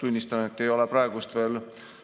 Tunnistan, et ma ei ole praegu veel